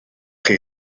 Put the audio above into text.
chi